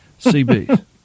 CB